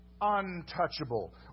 untouchable